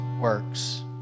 works